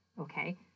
okay